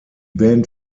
band